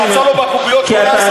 יצא לו בקוביות 18?